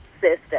system